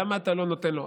למה אתה לא נותן לו?